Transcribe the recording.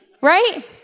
right